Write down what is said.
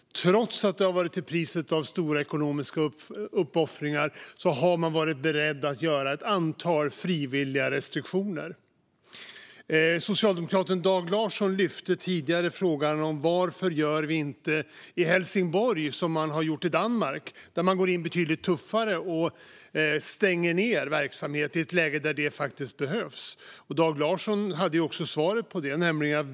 Trots att det har varit till priset av stora ekonomiska uppoffringar har man varit beredd att göra ett antal frivilliga restriktioner. Socialdemokraten Dag Larsson lyfte tidigare fram frågan: Varför gör vi inte i Helsingborg som man har gjort i Danmark? Där går man in betydligt tuffare och stänger ned verksamhet i ett läge där det faktiskt behövs. Dag Larsson hade också svaret på det.